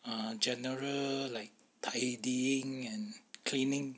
uh general like tidying and cleaning